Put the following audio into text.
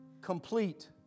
complete